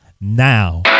now